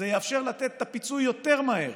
זה יאפשר לתת את הפיצוי יותר מהר.